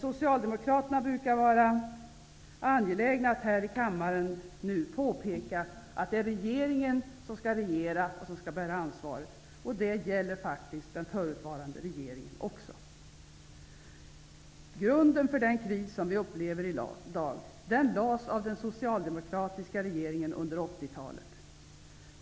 Socialdemokraterna brukar vara angelägna att här i kammaren påpeka att regeringen skall regera och bära ansvaret. Det gäller faktiskt också den förutvarande regeringen. Grunden för den kris som vi upplever i dag lades av den socialdemokratiska regeringen under 80-talet.